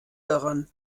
daran